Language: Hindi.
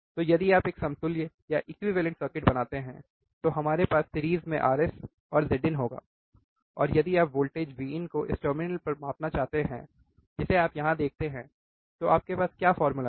तो यदि आप एक समतुल्य सर्किट बनाते हैं तो हमारे पास सिरीज़ में Rs और Zin होगा और यदि आप वोल्टेज Vin को इस टर्मिनल पर मापना चाहते हैं जिसे आप यहाँ देखते हैं तो आपके पास क्या फॉर्मूला है